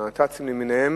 הנת"צים למיניהם,